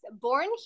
born